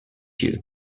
you